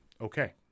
okay